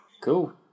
cool